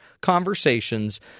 conversations